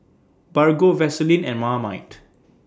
Bargo Vaseline and Marmite